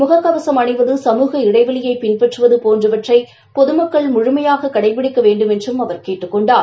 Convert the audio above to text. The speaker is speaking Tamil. முக கவசம் அணிவது சமூக இடைவெளியை பின்பற்றுவது போன்றவற்றை பொதமகக்ள் முழுமையாக கடைபிடிக்க வேண்டுமென்றும் அவர் கேட்டுக் கொண்டார்